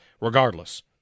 regardless